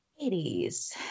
ladies